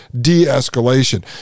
de-escalation